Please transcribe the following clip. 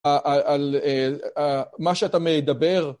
על מה שאתה מדבר